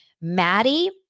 Maddie